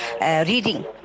reading